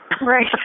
Right